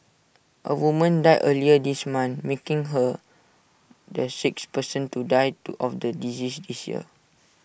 A woman died earlier this month making her the sixth person to die to of the disease this year